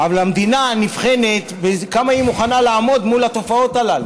אבל המדינה נבחנת בכמה היא מוכנה לעמוד מול התופעות הללו.